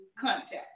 contact